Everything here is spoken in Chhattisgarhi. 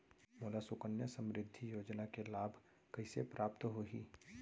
मोला सुकन्या समृद्धि योजना के लाभ कइसे प्राप्त होही?